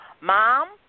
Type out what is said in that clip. Mom